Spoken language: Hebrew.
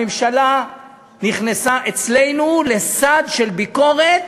הממשלה נכנסה אצלנו לסד של ביקורת,